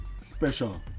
special